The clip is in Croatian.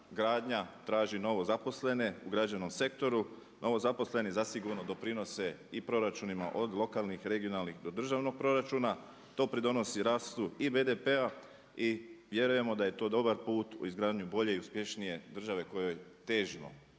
gradnja traži novozaposlene u građevnom sektoru. Novozaposleni zasigurno doprinose i proračunima od lokalnih, regionalnih do državnog proračuna, to pridonosi rastu i BDP-a i vjerujemo da je to dobar put u izgradnju bolje i uspješnije države kojoj težimo.